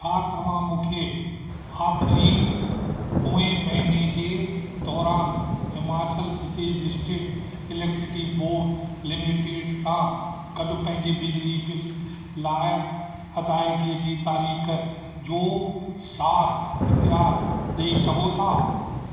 छा तव्हां मुख़े आख़िरी पोएं महीने जे दौरानु Himachal Pradesh state electricity board limited सां गडु॒ पंहिंजे बिजली बिल लाइ अदायगी जी तारीख़ जो सार इतिहास ॾेई सघो था